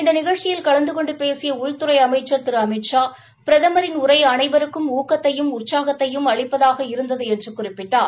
இந்த நிகழ்ச்சியில் கலந்து கொண்டு பேசிய உள்துறை அமைச்சர் திரு அமித்ஷா பிரதமரின் உரை அனைவருக்கும் ஊக்கத்தையும் உற்சாகத்தையும் அளிப்பதாக இருந்தது என்று குறிப்பிட்டார்